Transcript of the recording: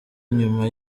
inyuma